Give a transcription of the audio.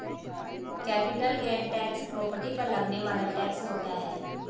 capital gain tax property पर लगने वाला टैक्स होता है